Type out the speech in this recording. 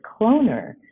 cloner